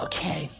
Okay